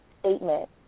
statement